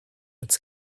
its